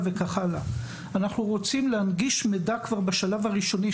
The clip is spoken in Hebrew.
אנחנו רוצים להנגיש מידע כבר בשלב הראשוני,